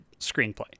Screenplay